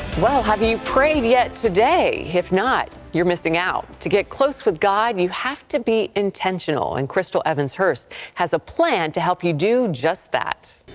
have you you prayed today? if not, you're missing out. to get close with god, and you have to be intentional. and chrystal evans hurst has a plan to help you do just that.